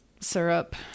syrup